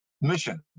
mission